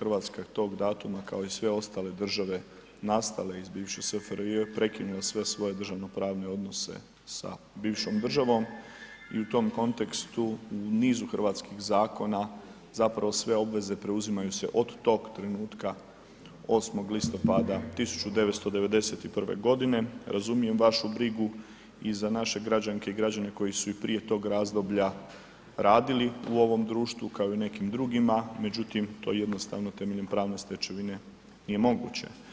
RH tog datuma kao i sve ostale države nastala iz bivše SFRJ i prekinula sve svoje državnopravne odnose sa bivšom državom i u tom kontekstu nizu hrvatskih zakona zapravo sve obveze preuzimaju se od tog trenutku 8. listopada 1991. g. Razumijem vašu brigu i za naše građanke i građane koji su i prije tog razdoblja radili u ovom društvu kao i u nekim drugima, međutim to jednostavno temeljem pravne stečevine nije moguće.